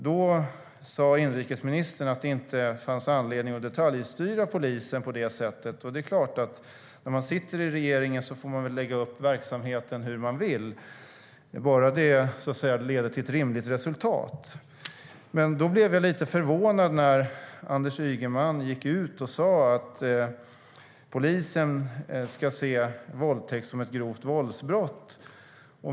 Då sa inrikesministern att det inte fanns anledning att detaljstyra polisen på det sättet. Det är klart att man, när man sitter i regeringen, får lägga upp verksamheten hur man vill bara det leder till ett rimligt resultat. Jag blev då lite förvånad när Anders Ygeman gick ut och sa att polisen ska se våldtäkt som ett grovt våldsbrott.